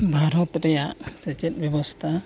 ᱵᱷᱟᱨᱚᱛ ᱨᱮᱭᱟᱜ ᱥᱮᱪᱮᱫ ᱵᱮᱵᱚᱥᱛᱷᱟ